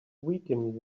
weaken